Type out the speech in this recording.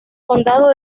condado